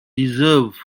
deserves